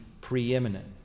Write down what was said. preeminent